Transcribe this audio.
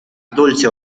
dulce